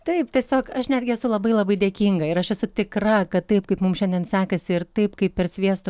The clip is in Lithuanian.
taip tiesiog aš netgi esu labai labai dėkinga ir aš esu tikra kad taip kaip mum šiandien sekasi ir taip kaip per sviesto